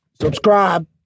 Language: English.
Subscribe